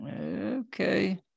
okay